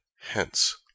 hence